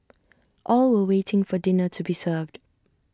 all were waiting for dinner to be served